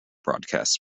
broadcasts